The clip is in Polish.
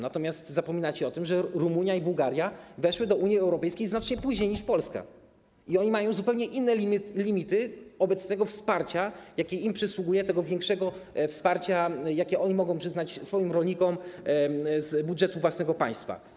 Natomiast zapominacie o tym, że Rumunia i Bułgaria weszły do Unii Europejskiej znacznie później niż Polska i one mają zupełnie inne limity wobec tego wsparcia, jakie im przysługuje, tego większego wsparcia, jakie one mogą przyznać swoim rolnikom z budżetu własnego państwa.